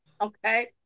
okay